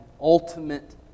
ultimate